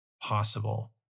possible